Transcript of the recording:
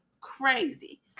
Crazy